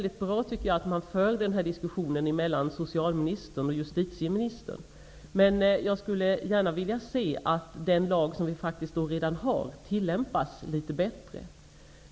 Det är mycket bra att den här diskussionen förs mellan socialministern och justitieministern. Men jag skulle gärna vilja se att den lag som vi faktiskt redan har, tillämpas litet bättre.